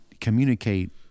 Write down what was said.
communicate